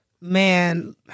Man